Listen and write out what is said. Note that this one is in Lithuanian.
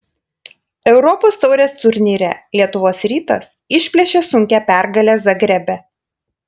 europos taurės turnyre lietuvos rytas išplėšė sunkią pergalę zagrebe